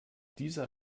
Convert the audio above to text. dieser